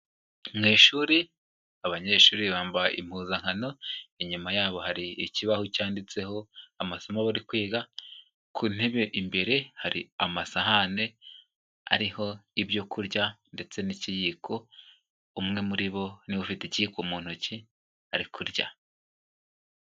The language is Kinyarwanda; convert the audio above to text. Mu ishuri abanyeshuri bambaye impuzankano, inyuma yabo hari ikibaho cyanditseho amasomo bari kwiga, ku ntebe imbere hari amasahane ariho ibyo kurya ndetse n'ikiyiko, umwe muri bo ni we ufite ikiyiko mu ntoki, ari kurya.